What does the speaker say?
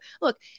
look